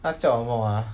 它叫什么啊